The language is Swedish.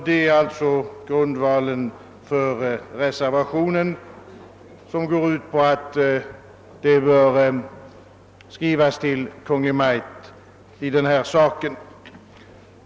Detta är också grundvalen för den reservation, vari det yrkas att riksdagen skall skriva till Kungl. Maj:t i saken.